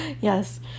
Yes